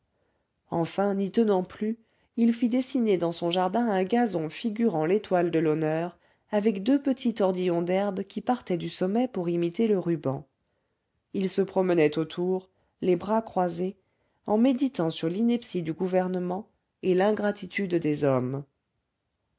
enfin n'y tenant plus il fit dessiner dans son jardin un gazon figurant l'étoile de l'honneur avec deux petits tordillons d'herbe qui partaient du sommet pour imiter le ruban il se promenait autour les bras croisés en méditant sur l'ineptie du gouvernement et l'ingratitude des hommes